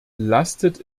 lastet